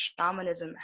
shamanism